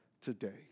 today